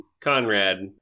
Conrad